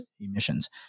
emissions